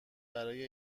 برای